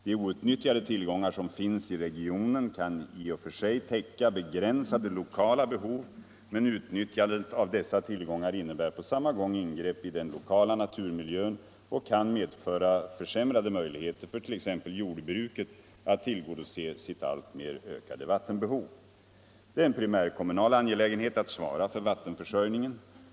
De outnyttjade tillgångar som finns i regionen kan i och för sig täcka begränsade lokala behov, men utnyttjandet av dessa tillgångar innebär på samma gång ingrepp i den lokala naturmiljön och kan medföra försämrade möjligheter för t.ex. jordbruket att tillgodose sitt alltmer ökande vattenbehov. Det är en primärkommunal angelägenhet att svara för vattenförsörjningen.